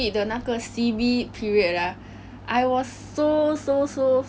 is what makes me a little bit crazy